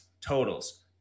totals